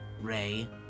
Ray